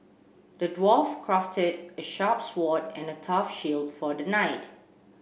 the dwarf crafted a sharp sword and a tough shield for the knight